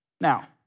Now